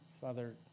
Father